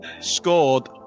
scored